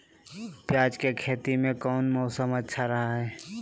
प्याज के खेती में कौन मौसम अच्छा रहा हय?